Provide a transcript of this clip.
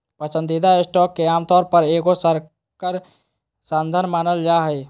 पसंदीदा स्टॉक के आमतौर पर एगो संकर साधन मानल जा हइ